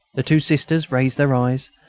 the two sisters raised their eyes,